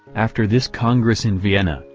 after this congress in vienna,